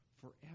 forever